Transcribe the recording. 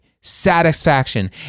satisfaction